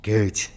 Good